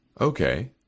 Okay